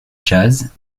jazz